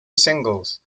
singles